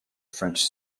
french